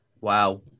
Wow